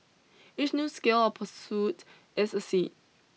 each new skill or pursuit is a seed